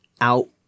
out